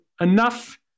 enough